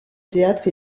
théâtre